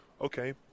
okay